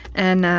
and, ah,